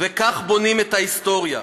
וכך בונים את ההיסטוריה.